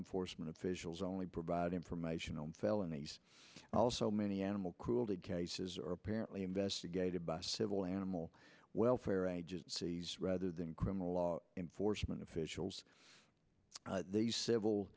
enforcement officials only provide information on felonies and also many animal cruelty cases are apparently investigated by civil animal welfare agencies rather than criminal law enforcement officials